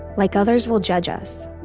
like others will judge us.